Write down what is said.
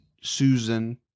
Susan